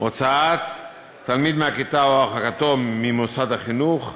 הוצאת תלמיד מהכיתה או הרחקתו ממוסד החינוך,